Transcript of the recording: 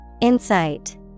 Insight